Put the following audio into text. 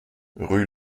rue